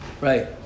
Right